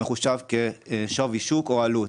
מלאי מחושב כשווי שוק או עלות,